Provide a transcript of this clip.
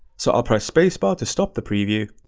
so i'll press space bar to stop the preview,